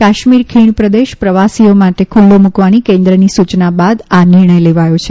કાશ્મીર ખીણ પ્રદેશ પ્રવાસીઓ માટે ખુલ્લો મુકવાની કેન્દ્રની સૂચના બાદ આ નિર્ણંથ લેવાયો છે